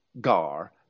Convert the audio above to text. Gar